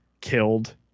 killed